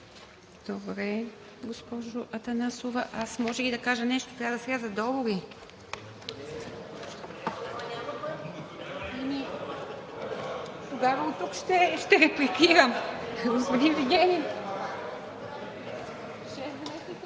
Добре, госпожо Атанасова. Аз може ли да кажа нещо? Трябва да сляза долу ли? (Реплики.) Тогава от тук ще репликирам. Господин Вигенин,